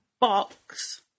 box